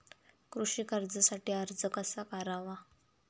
कृषी कर्जासाठी अर्ज कसा करावा?